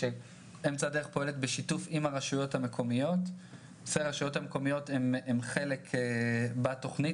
שציפו לקצבת הזקנה ובעקבות אי קבלת קצבת הזקנה